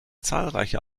zahlreiche